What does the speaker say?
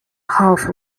half